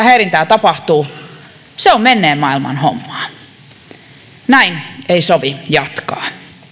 häirintää tapahtuu se on menneen maailman hommaa näin ei sovi jatkaa